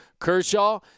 Kershaw